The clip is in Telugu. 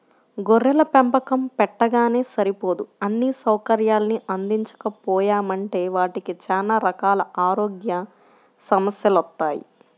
గొర్రెల పెంపకం పెట్టగానే సరిపోదు అన్నీ సౌకర్యాల్ని అందించకపోయామంటే వాటికి చానా రకాల ఆరోగ్య సమస్యెలొత్తయ్